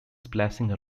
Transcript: splashing